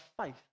faith